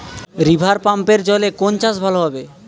রিভারপাম্পের জলে কোন চাষ ভালো হবে?